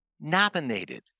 nominated